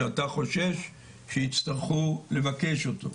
שאתה חושש שיצטרכו לבקש אותו.